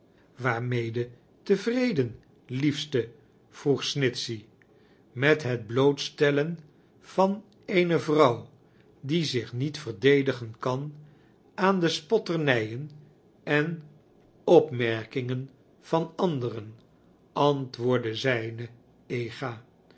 tevreden liefste vroeasnitohey met het blootstellen van eene wouw die z iah niet vierde digen kall aan die spotteirnijen en opmerkingen van andieren antwoordde zijne ega